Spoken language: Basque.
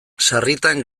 sarritan